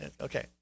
Okay